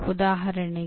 ಉದಾಹರಣೆಗೆ